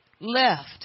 left